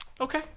Okay